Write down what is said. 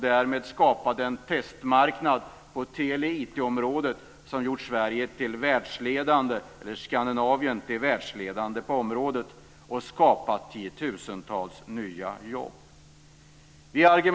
Därmed skapade man ett testmarknad på tele och IT-området som har gjort Skandinavien världsledande på området samtidigt som man har skapat tiotusentals nya jobb.